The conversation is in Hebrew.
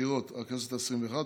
הבחירות לכנסת העשרים-ואחת,